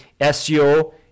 SEO